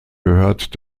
gehört